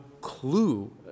clue